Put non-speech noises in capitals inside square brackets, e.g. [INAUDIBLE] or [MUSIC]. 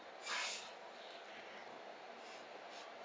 [BREATH]